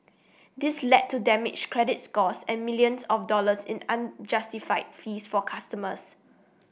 this led to damaged credit scores and millions of dollars in unjustified fees for customers